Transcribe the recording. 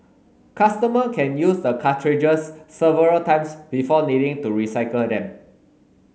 customer can use the cartridges several times before needing to recycler them